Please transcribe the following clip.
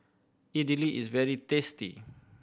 idili is very tasty